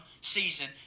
season